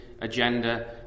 agenda